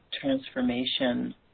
transformation